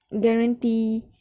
guarantee